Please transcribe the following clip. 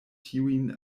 tiujn